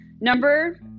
Number